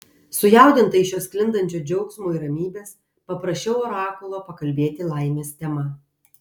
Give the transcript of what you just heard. sujaudinta iš jo sklindančio džiaugsmo ir ramybės paprašiau orakulo pakalbėti laimės tema